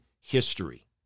history